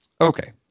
Okay